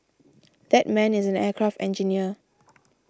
that man is an aircraft engineer